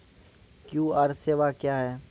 QR सेवा क्या हैं?